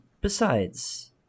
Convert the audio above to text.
besides-